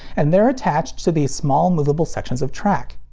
and they're attached to these small moveable sections of track.